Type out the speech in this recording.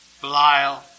Belial